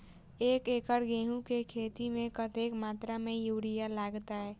एक एकड़ गेंहूँ केँ खेती मे कतेक मात्रा मे यूरिया लागतै?